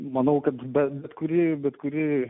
manau kad bet kuri bet kurį